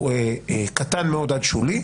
קטן מאוד עד שולי.